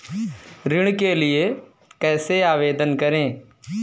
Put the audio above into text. ऋण के लिए कैसे आवेदन करें?